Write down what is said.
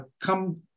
come